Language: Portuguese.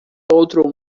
outro